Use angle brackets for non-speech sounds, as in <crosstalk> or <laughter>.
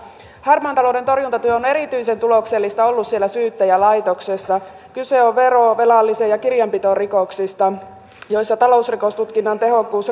harmaan talouden torjuntatyö on on erityisen tuloksellista ollut siellä syyttäjälaitoksessa kyse on verovelvollisen kirjanpitorikoksista joissa talousrikostutkinnan tehokkuus <unintelligible>